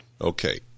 Okay